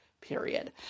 period